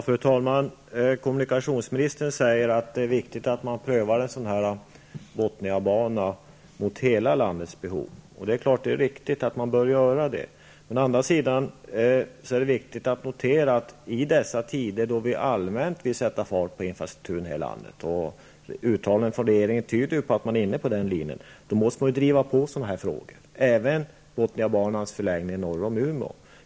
Fru talman! Kommunikationsministern säger att det är viktigt att man prövar en sådan här Bothniabana mot hela landets behov. Det är klart att det å ena sidan är riktigt att göra det. Men å andra sidan är det viktigt att notera att man i dessa tider, då vi allmänt vill sätta fart på infrastrukturen i landet, och uttalanden från regeringen tyder på att man är inne på den linjen, måste driva på sådana här frågor, dvs. även Bothniabanans förlängning norr om Umeå.